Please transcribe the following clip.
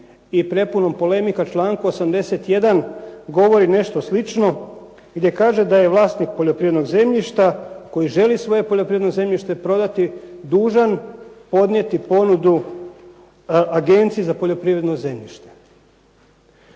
i prepunom polemika članku 81. govori nešto slično gdje kaže da je vlasnik poljoprivrednog zemljišta koji želi svoje poljoprivredno zemljište prodati dužan podnijeti ponudu Agenciji za poljoprivredno zemljište.